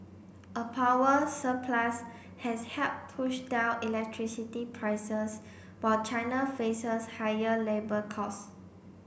a power surplus has helped push down electricity prices while China faces higher labour costs